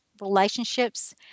relationships